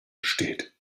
besteht